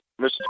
Mr